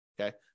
okay